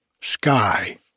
Sky